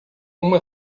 uma